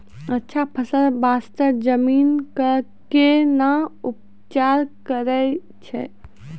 अच्छा फसल बास्ते जमीन कऽ कै ना उपचार करैय छै